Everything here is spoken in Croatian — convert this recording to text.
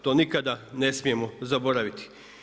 To nikada ne smijemo zaboraviti.